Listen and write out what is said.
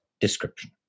description